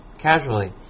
casually